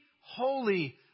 holy